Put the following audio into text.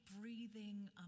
breathing